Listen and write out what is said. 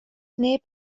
neb